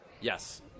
Yes